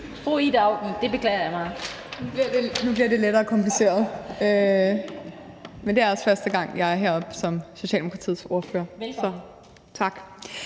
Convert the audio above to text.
Ida Auken (S): Nu bliver det lettere kompliceret, men det er også første gang, jeg er heroppe som Socialdemokratiets ordfører. (Den fg.